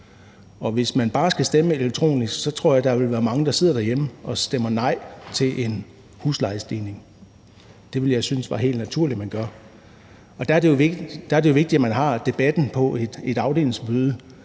hvis man bare skal stemme elektronisk, tror jeg der vil være mange, der sidder derhjemme og stemmer nej til en huslejestigning – det ville jeg synes var helt naturligt at gøre. Der er det jo vigtigt, at man har debatten på et afdelingsmøde